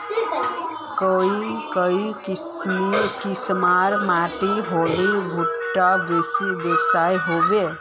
काई किसम माटी होले भुट्टा बेसी होबे?